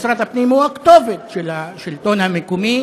משרד הפנים הוא הכתובת של השלטון המקומי